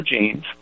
genes